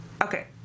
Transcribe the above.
Okay